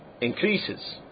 increases